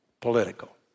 political